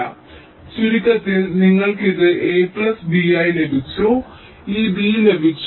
അതിനാൽ ചുരുക്കത്തിൽ നിങ്ങൾക്ക് ഇത് a പ്ലസ് b ആയി ലഭിച്ചു നിങ്ങൾക്ക് ഈ b ലഭിച്ചു